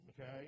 Okay